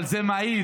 אבל זה מעיד